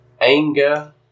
anger